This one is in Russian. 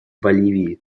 боливии